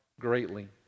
greatly